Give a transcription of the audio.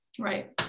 Right